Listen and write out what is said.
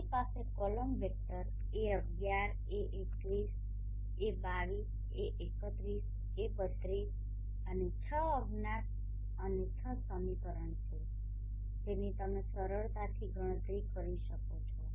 તમારી પાસે column vector a11a21a22a31a32 અને છ અજ્ઞાત અને 6 સમીકરણો છે જેની તમે સરળતાથી ગણતરી કરી શકો છો